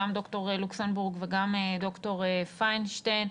גם לדוקטור לוקסנבורג וגם לדוקטור פיינשטיין.